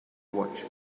watch